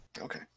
Okay